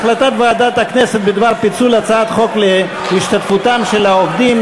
החלטת ועדת הכנסת בדבר פיצול הצעת חוק להשתתפותם של העובדים,